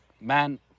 man